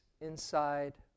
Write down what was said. inside